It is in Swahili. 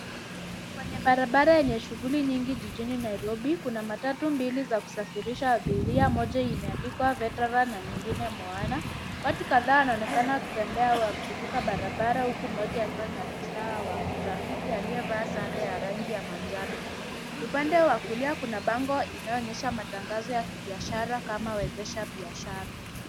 Kwenye barabara yenye shughuli nyingi jijini Nairobi kuna matatu mbili za kusafirisha abiria, moja imeandikwa Veteran na nyingine Moana. Watu kadhaa wanaonekana wakitembea wakivuka barabara huku mmoja akiwa ni afisa wa trafiki aliyevaa sare ya rangi ya manjano. Upande wa kulia kuna bango inaonyesha matangazo ya kibiashara kama wezesha biashara.